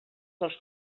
dels